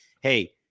Hey